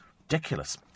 Ridiculous